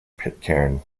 pitcairn